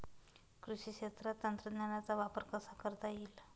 कृषी क्षेत्रात तंत्रज्ञानाचा वापर कसा करता येईल?